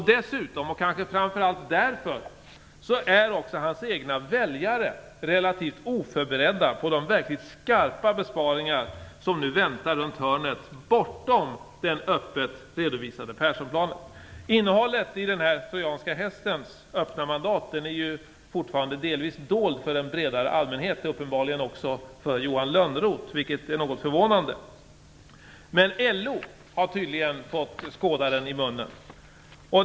Dessutom, och kanske framför allt därför, är också hans egna väljare relativt oförberedda på de verkligt skarpa besparingar som nu väntar runt hörnet bortom den öppet redovisade Perssonplanen. Innehållet i den trojanska hästen, dvs. det öppna mandatet, är ju fortfarande delvis dolt för en bredare allmänhet, och uppenbarligen också för Johan Lönnroth, vilket är något förvånande. Men LO har tydligen fått skåda hästen i munnen.